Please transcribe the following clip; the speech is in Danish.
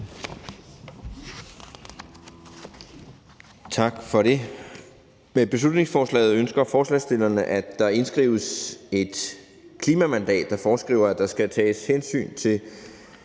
Tak for det. Med beslutningsforslaget ønsker forslagsstillerne, at der indskrives et klimamandat, der foreskriver, at der skal tages hensyn til